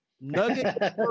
Nugget